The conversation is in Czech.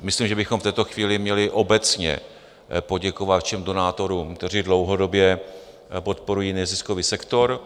Myslím, že bychom v této chvíli měli obecně poděkovat všem donátorům, kteří dlouhodobě podporují neziskový sektor.